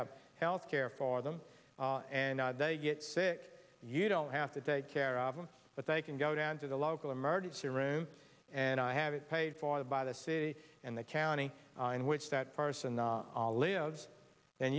have health care for them and they get sick you don't have to take care of them but they can go down to the local emergency room and i have it paid for by the city and the county in which that person not all lives and